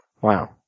Wow